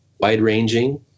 wide-ranging